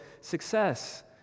success